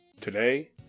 Today